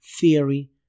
theory